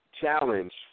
challenge